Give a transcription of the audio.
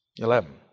Eleven